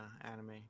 anime